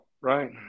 right